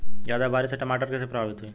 ज्यादा बारिस से टमाटर कइसे प्रभावित होयी?